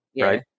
Right